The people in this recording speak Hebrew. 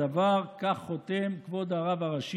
חברתי חברת הכנסת קרן ברק,